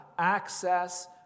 access